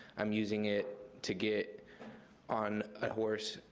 i'm using it to get on a horse,